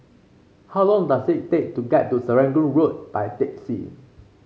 how long does it take to get to Serangoon Road by taxi